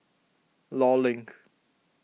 Law Link